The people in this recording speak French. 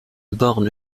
borne